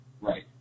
Right